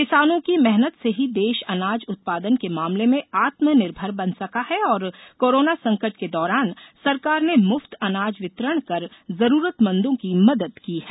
किसानों की मेहनत से ही देश अनाज उत्पादन के मामले में आत्मनिर्भर बन सका है और कोरोना संकट के दौरान सरकार ने मुफ्त अनाज वितरण कर जरूरतमंदों की मदद की है